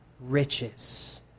riches